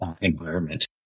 environment